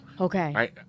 Okay